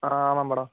ஆ ஆமாம் மேடம்